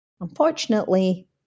Unfortunately